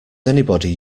anybody